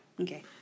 Okay